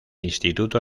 instituto